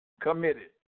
committed